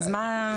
אז מה?